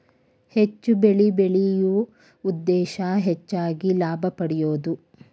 ಹೆಚ್ಚು ಬೆಳಿ ಬೆಳಿಯು ಉದ್ದೇಶಾ ಹೆಚಗಿ ಲಾಭಾ ಪಡಿಯುದು